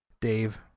dave